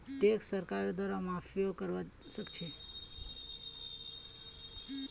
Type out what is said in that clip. tax सरकारेर द्वारे माफियो करवा सख छ